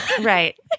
Right